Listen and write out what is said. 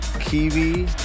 Kiwi